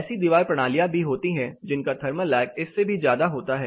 ऐसी दीवार प्रणालियां भी होती हैं जिनका थर्मल लैग इससे भी ज्यादा होता है